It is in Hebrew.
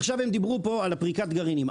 עכשיו, הם דיברו כאן על פריקת גרעינים.